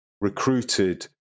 recruited